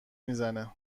میزنه